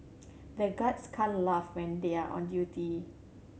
the guards can laugh when they are on duty